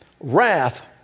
wrath